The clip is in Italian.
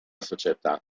società